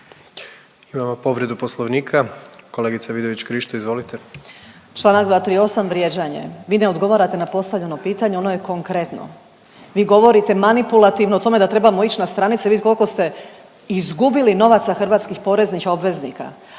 Imamo povredu Poslovnika. Kolegice Vidović Krišto, izvolite. **Vidović Krišto, Karolina (OIP)** Čl. 238. vrijeđanje. Vi ne odgovarate na postavljeno pitanje, ono je konkretno. Vi govorite manipulativno o tome da trebamo ić na stranice i vidit koliko ste izgubili novaca hrvatskih poreznih obveznika.